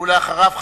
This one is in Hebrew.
ואחריו,